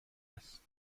است